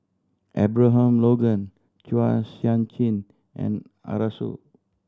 Abraham Logan Chua Sian Chin and Arasu